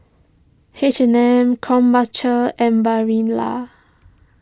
H and M Krombacher and Barilla